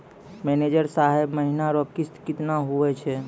manager साहब महीना रो किस्त कितना हुवै छै